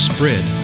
Spread